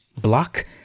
block